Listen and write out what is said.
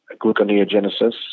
gluconeogenesis